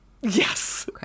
yes